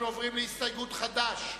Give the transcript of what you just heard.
אנחנו עוברים להסתייגות חד"ש,